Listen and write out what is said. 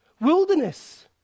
Wilderness